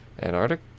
Antarctic